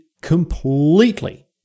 completely